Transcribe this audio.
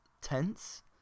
tense